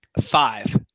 five